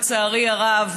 לצערי הרב,